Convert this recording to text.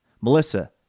Melissa